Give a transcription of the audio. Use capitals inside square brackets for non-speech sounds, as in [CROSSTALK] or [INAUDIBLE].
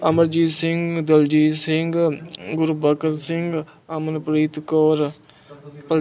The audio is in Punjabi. ਅਮਰਜੀਤ ਸਿੰਘ ਦਲਜੀਤ ਸਿੰਘ ਗੁਰਬਕਤ ਸਿੰਘ ਅਮਨਪ੍ਰੀਤ ਕੌਰ [UNINTELLIGIBLE]